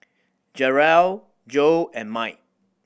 Jarrell Joe and Mike